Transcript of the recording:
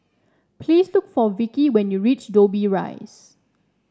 please look for Vikki when you reach Dobbie Rise